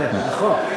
כן, נכון.